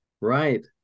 Right